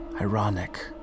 Ironic